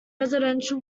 residential